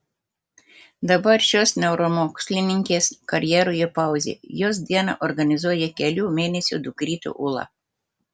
dabar šios neuromokslininkės karjeroje pauzė jos dieną organizuoja kelių mėnesių dukrytė ūla